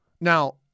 Now